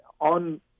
on